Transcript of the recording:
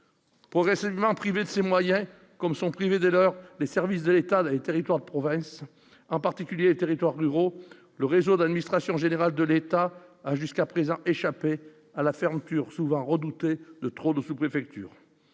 Progressivement privée de ses moyens, comme sont privés de leur les services de l'État et territoires de province en particulier territoires l'Euro, le réseau de l'administration générale de l'État a jusqu'à présent échappé à la fermeture, souvent redouté de trop de sous-préfecture